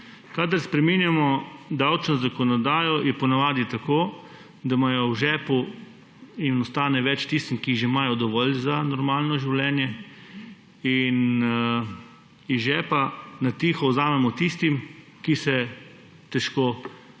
spreminjamo davčno zakonodajo, je po navadi tako, da v žepu ostane več tistim, ki že imajo dovolj za normalno življenje, in iz žepa na tiho vzamemo tistim, ki se težko